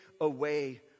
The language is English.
away